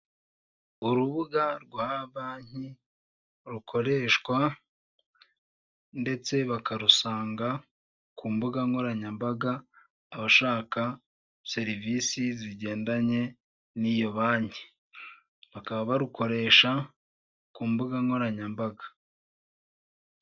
Urubuga rwa banki rukoreshwa, ndetse bakarusanga ku mbuga nkoranyambaga abashaka serivisi zigendanye n'iyo banki, bakaba barukoresha ku mbuga nkoranyambaga.